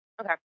okay